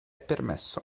permesso